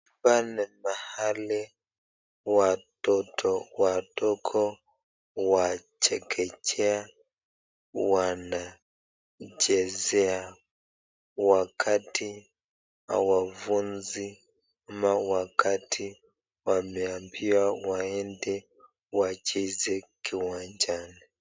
Hapa ni mahali watoto wadogo wa chekechea wanachezea wakati hawafunzwi na wakati wameambiwa waende wacheze kiwanjani.